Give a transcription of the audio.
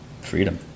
Freedom